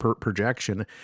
projection